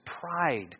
pride